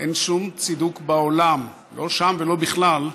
אין שום צידוק בעולם, לא שם ולא בכלל,